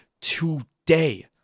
today